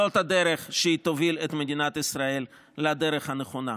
שזו הדרך שתוביל את מדינת ישראל לדרך הנכונה.